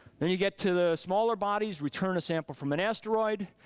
then you get to the smaller bodies, return a sample from an asteroid,